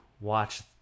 watch